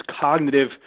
cognitive